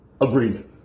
agreement